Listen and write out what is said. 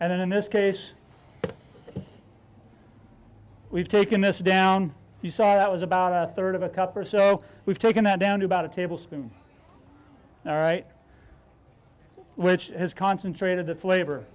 and in this case we've taken this down you saw that was about a third of a cup or so we've taken that down to about a tablespoon all right which has concentrated the flavor